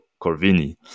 Corvini